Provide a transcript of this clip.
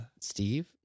Steve